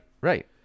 right